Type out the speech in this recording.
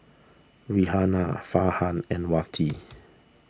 Raihana Farhan and Wati